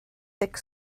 thick